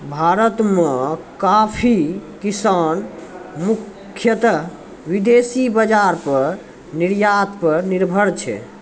भारत मॅ कॉफी किसान मुख्यतः विदेशी बाजार पर निर्यात पर निर्भर छै